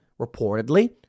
reportedly